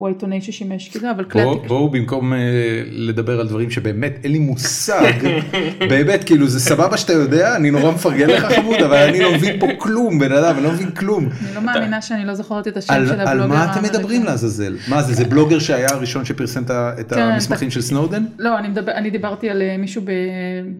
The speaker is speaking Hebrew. הוא עיתונאי ששימש כאילו בואו במקום לדבר על דברים שבאמת אין לי מושג באמת כאילו זה סבבה שאתה יודע אני נורא מפרגן לך חבוד אבל אני לא מבין פה כלום בין אדם אני לא מבין כלום. אני לא מאמינה שאני לא זוכרת את השם של הבלוגר הזה, על מה אתם מדברים לעזאזל מה זה זה בלוגר שהיה הראשון שפרסמ את המסמכים של סנאודן, לא אני דיברתי על מישהו.